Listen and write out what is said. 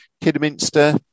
Kidderminster